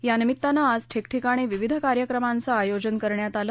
यानिमित्तानं आज ठिकठिकाणी विविध कार्यक्रमांचं आयोजन करण्यात आलं